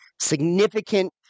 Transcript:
significant